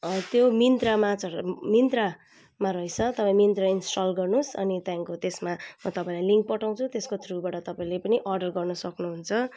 त्यो मिन्त्रामा छ मिन्त्रामा रहेछ तपाईँ पनि मिन्त्रा इन्सटल गर्नु होस् अनि त्यहाँको त्यसमा तपाईँलाई लिङ्क पठाउँछु त्यसको थ्रु तपाईँले पनि अर्डर गर्न सक्नु हुन्छ